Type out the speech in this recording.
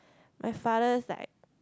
my father's like